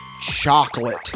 chocolate